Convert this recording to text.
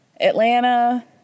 atlanta